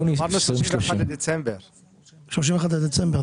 30 ביוני 2030. בחוץ אמרנו 31 בדצמבר.